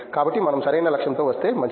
కాబట్టి మనం సరైన లక్ష్యంతో వస్తే మంచిది